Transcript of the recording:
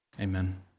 Amen